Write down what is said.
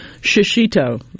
Shishito